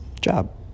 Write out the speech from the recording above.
job